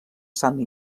sant